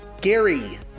Gary